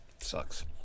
Sucks